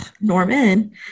Norman